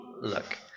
Look